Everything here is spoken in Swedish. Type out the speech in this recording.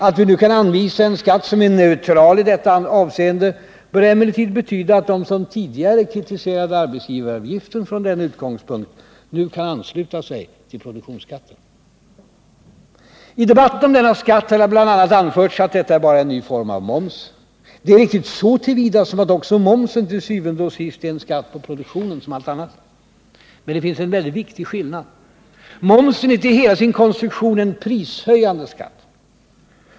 Att vi nu kan anvisa en skatt som är neutral i detta avseende bör emellertid betyda att de som tidigare kritiserade arbetsgivaravgiften från denna utgångspunkt nu kan ansluta sig till produktionsskatten. I debatten om denna skatt har bl.a. anförts att detta bara är en ny form av moms. Det är riktigt så till vida som att också momsen til syvende og sidst är en skatt på produktionen som allt annat. Men det finns en väldigt viktig skillnad. Momsen är till hela sin konstruktion en prishöjande skatt.